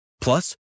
Plus